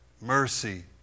mercy